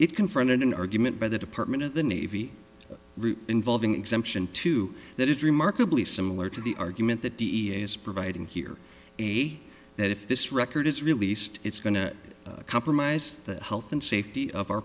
it confronted an argument by the department of the navy route involving exemption two that is remarkably similar to the argument that d e a s providing here a that if this record is released it's going to compromise the health and